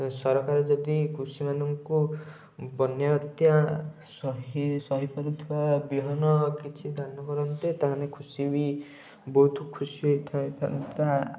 ସରକାର ଯଦି କୃଷି ମାନଙ୍କୁ ବନ୍ୟା ବାତ୍ୟା ସହି ସହି ପାରୁଥିବା ବିହନ କିଛି ଦାନ କରନ୍ତେ ତାହେନେ ଖୁସି ବି ବହୁତ ଖୁସି ହେଇଥାଇପାରନ୍ତା